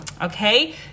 okay